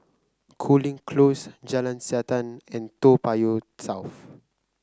Cooling Close Jalan Siantan and Toa Payoh South